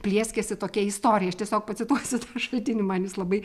plieskėsi tokia istorija aš tiesiog pacituosiu šaltinį man jis labai